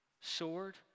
sword